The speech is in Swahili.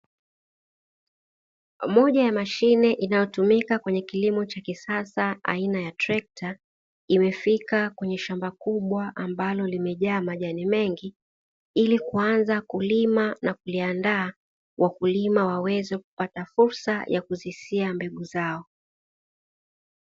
Moja ya mishe inayo tumika kwenye kilimo cha kisasa aina ya trekta imefka kwenye shamba kubwa, ambalo lime jaa majani mengi ili kuanza kulima na kuliandaa wakulima waweze kupata fursa ya kuzisia mbegu zao.